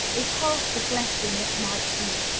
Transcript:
is half the blessing it might be.